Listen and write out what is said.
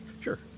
Sure